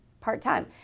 part-time